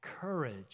courage